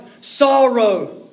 sorrow